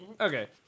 Okay